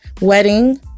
wedding